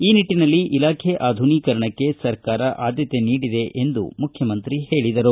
ಈ ನಿಟ್ಟನಲ್ಲಿ ಇಲಾಖೆ ಆಧುನೀಕರಣಕ್ಕೆ ಸರ್ಕಾರ ಆದ್ದತೆ ನೀಡಿದೆ ಎಂದು ಅವರು ಹೇಳಿದರು